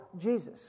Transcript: Jesus